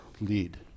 lead